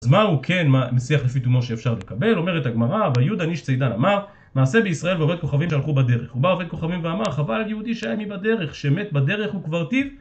אז מה הוא כן מסיח לפי תומו שאפשר לקבל, אומרת הגמרא יהודה איש ציידן אמר מעשה בישראל ועובד כוכבים שהלכו בדרך ובא עובד כוכבים ואמר חבל על יהודי שהיה עימי בדרך שמת בדרך וקברתיו